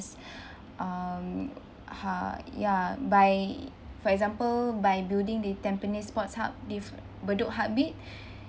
um uh ya by for example by building the tampines sports hub dif~ bedok heartbeat